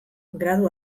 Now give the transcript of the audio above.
gradu